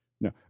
No